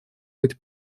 быть